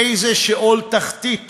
לאיזה שאול תחתיות